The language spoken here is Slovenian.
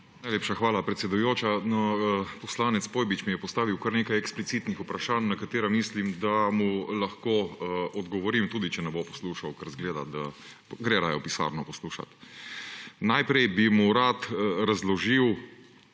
Najlepša hvala, predsedujoča. Poslanec Pojbič mi je postavil kar nekaj eksplicitnih vprašanj, na katera mislim, da mu lahko odgovorim. Tudi, če ne bo poslušal, ker izgleda, da ... Gre raje v pisarno poslušat. Najprej bi mu rad razložil